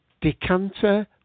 Decanter